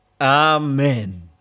Amen